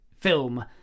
film